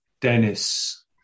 Dennis